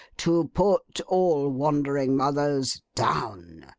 to put all wandering mothers down.